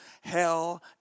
Hell